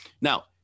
now